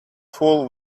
fool